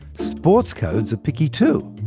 sports codes are picky too.